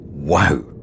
Wow